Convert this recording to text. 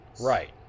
Right